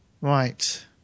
Right